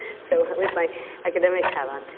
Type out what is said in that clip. so with my academic hat on,